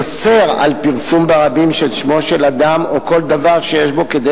אוסר פרסום ברבים של שמו של אדם או כל דבר שיש בו כדי